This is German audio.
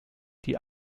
die